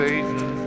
Satan